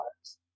lives